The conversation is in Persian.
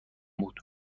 بود